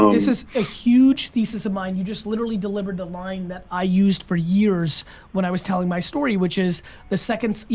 this is a huge thesis of mine, you just literally delivered the line that i used for years when i was telling my story which is the seconds,